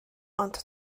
ond